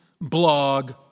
blog